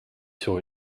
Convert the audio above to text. sur